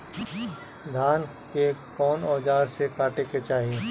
धान के कउन औजार से काटे के चाही?